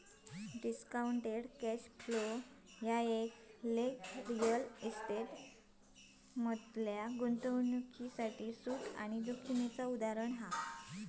discounted cash flow वर लेख real estate मधल्या गुंतवणूकीतील सूट आणि जोखीमेचा उदाहरण हा